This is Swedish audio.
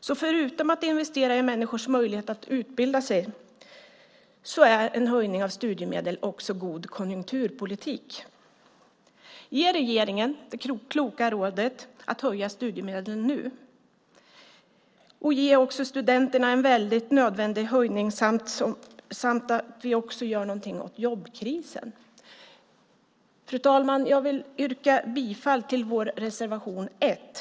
Så förutom att det är en investering i människors möjlighet att utbilda sig är en höjning av studiemedel också god konjunkturpolitik. Ge regeringen det kloka rådet att höja studiemedlen nu! Ge också studenterna en nödvändig höjning! Då gör vi också någonting åt jobbkrisen. Fru talman! Jag vill yrka bifall till vår reservation 1.